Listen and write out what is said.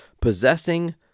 Possessing